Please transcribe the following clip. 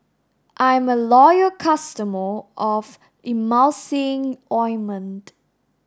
I'm a loyal customer of Emulsying ointment